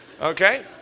okay